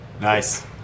Nice